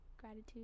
gratitude